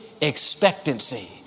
Expectancy